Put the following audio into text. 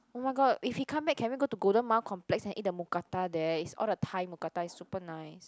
oh-my-god if he come back can we go to Golden Mile Complex and eat the mookata there it's all the Thai mookata it's super nice